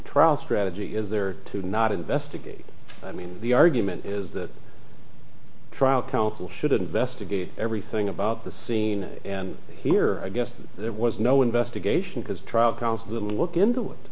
trial strategy is there to not investigate i mean the argument is that trial counsel should investigate everything about the scene and here i guess that there was no investigation because trial counsel to look into it